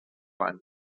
l’any